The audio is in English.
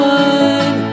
one